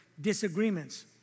disagreements